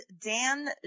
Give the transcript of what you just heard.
Dan